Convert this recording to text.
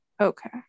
Okay